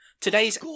Today's